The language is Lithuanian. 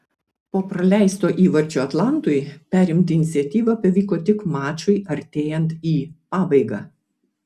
po praleisto įvarčio atlantui perimti iniciatyvą pavyko tik mačui artėjant į pabaigą